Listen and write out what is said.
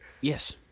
Yes